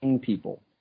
people